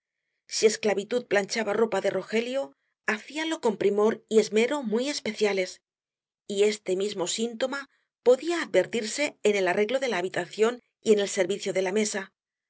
si esclavitud planchaba ropa de rogelio hacíalo con primor y esmero muy especiales y este mismo síntoma podía advertirse en el arreglo de la habitación y en el servicio de la mesa